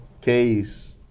case